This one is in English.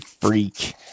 Freak